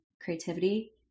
creativity